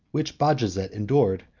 which bajazet endured,